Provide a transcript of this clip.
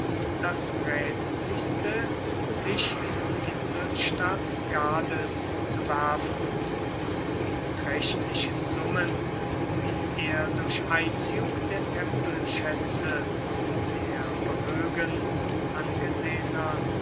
das rätlichste sich in die inselstadt gades zu werfen und die beträchtlichen summen die er durch einziehung der tempelschätze und der vermögen angesehener